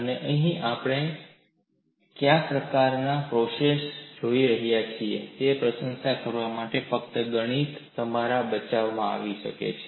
અને અહીં આપણે કયા પ્રકારનાં પ્રોસેસર જોઈ રહ્યા છીએ તેની પ્રશંસા કરવામાં ફક્ત ગણિત તમારા બચાવમાં આવે છે